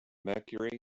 mercury